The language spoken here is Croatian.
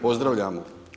Pozdravljam.